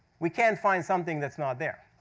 we can't find something that's not there.